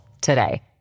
today